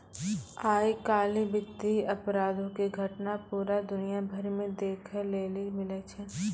आइ काल्हि वित्तीय अपराधो के घटना पूरा दुनिया भरि मे देखै लेली मिलै छै